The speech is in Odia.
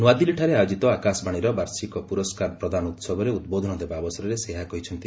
ନୂଆଦିଲ୍ଲୀଠାରେ ଆୟୋଜିତ ଆକାଶବାଶୀର ବାର୍ଷିକ ପୁରସ୍କାର ପ୍ରଦାନ ଉହବରେ ଉଦ୍ବୋଧନ ଦେବା ଅବସରରେ ସେ ଏହା କହିଛନ୍ତି